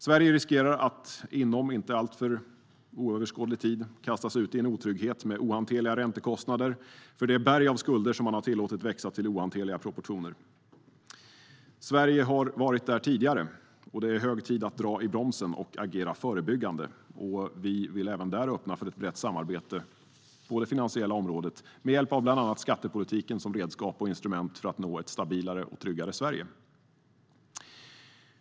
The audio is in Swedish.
Sverige riskerar att inom en inte alltför oöverskådlig tid kastas ut i en otrygghet med ohanterliga räntekostnader för det berg av skulder som vi har tillåtit växa till enorma proportioner. Sverige har varit där tidigare, och det är hög tid att dra i bromsen och agera förebyggande. Sverigedemokraterna öppnar även här för ett brett samarbete på det finansiella området, med hjälp av bland annat skattepolitiken som redskap och instrument för att nå ett stabilare och tryggare Sverige.